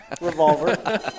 revolver